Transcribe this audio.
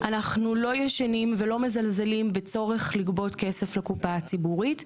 אנחנו לא ישנים ולא מזלזלים בצורך לגבות כסף לקופה הציבורית,